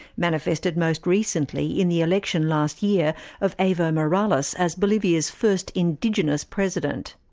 manifested most recently in the election last year of evo morales as bolivia's first indigenous president.